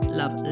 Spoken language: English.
love